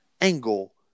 angle